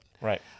Right